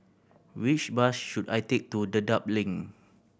which bus should I take to Dedap Link